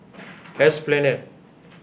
Esplanade